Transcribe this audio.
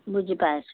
বুজি পাইছোঁ